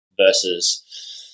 versus